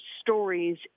stories